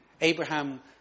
Abraham